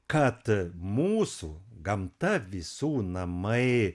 kad mūsų gamta visų namai